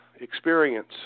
experience